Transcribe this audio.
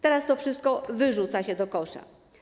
Teraz to wszystko wyrzuca się do kosza.